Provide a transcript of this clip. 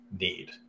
need